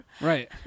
Right